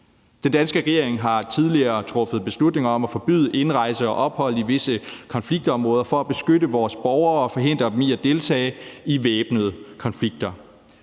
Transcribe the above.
Den danske regering har tidligere truffet beslutning om at forbyde indrejse og ophold i visse konfliktområder for at beskytte vores borgere og forhindre dem i at deltage i væbnede konflikter.